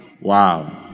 Wow